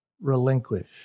relinquish